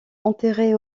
enterrée